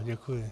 Děkuji.